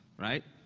right?